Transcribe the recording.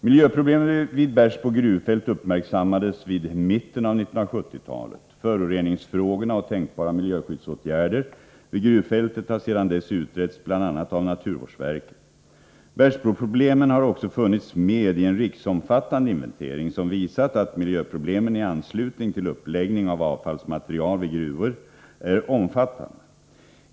Miljöproblemen vid Bersbo gruvfält uppmärksammades vid mitten av 1970-talet. Föroreningsfrågorna och tänkbara miljöskyddsåtgärder vid gruvfältet har sedan dess utretts, bl.a. av naturvårdsverket. Bersboproblemen har också funnits med i en riksomfattande inventering, som visat att miljöproblemen i anslutning till uppläggning av avfallsmaterial vid gruvor är omfattande.